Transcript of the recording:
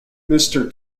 mister